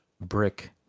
Brick